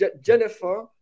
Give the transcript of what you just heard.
Jennifer